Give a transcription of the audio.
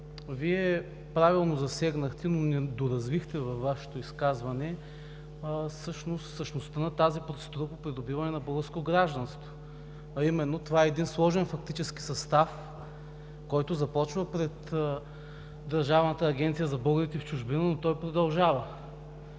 Вие правилно засегнахте, но не доразвихте във Вашето изказване същността на тази процедура по придобиване на българско гражданство, а именно това е един сложен фактически състав, който започва пред Държавната агенция за българите в чужбина, но той продължава.